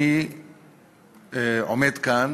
אני עומד כאן,